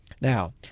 Now